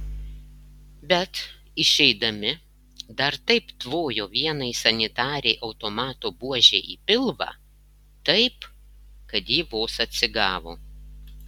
bet išeidami dar taip tvojo vienai sanitarei automato buože į pilvą taip kad ji vos atsigavo